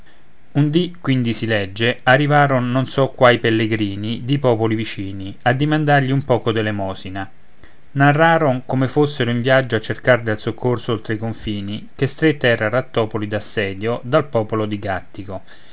un dì quindi si legge arrivaron non so quai pellegrini di popoli vicini a dimandrgli un poco d'elemosina narraron come fossero in viaggio a cercar del soccorso oltre i confini che stretta era rattopoli d'assedio dal popolo